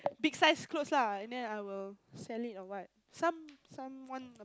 big sized clothes lah and then I will sell it or what some some someone